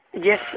Yes